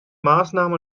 maßnahmen